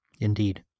Indeed